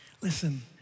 Listen